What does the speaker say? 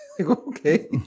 okay